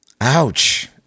Ouch